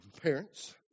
parents